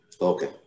Okay